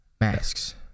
Masks